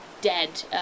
dead